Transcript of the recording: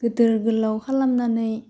गेदेर गोलाव खालामनानै